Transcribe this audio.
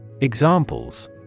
Examples